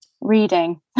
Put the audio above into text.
Reading